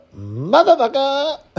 motherfucker